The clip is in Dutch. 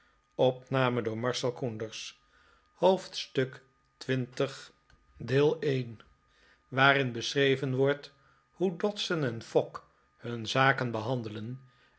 hoofdstuk xx waarin beschreven wordt hoe dodson en fogg hun zaken behandelden